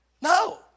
No